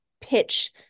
pitch